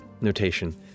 notation